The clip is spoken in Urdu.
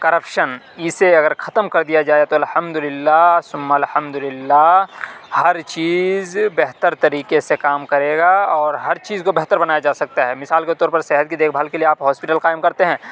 کرپشن اسے اگر ختم کر دیا جائے تو الحمد للہ ثم الحمد للہ ہر چیز بہتر طریقے سے کام کرے گا اور ہر چیز کو بہتر بنایا جا سکتا ہے مثال کے طور پر صحت کی دیکھ بھال کے لیے آپ ہاسپیٹل قائم کرتے ہیں